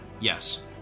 Yes